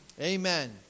Amen